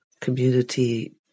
community